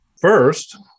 First